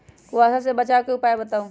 कुहासा से बचाव के उपाय बताऊ?